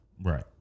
Right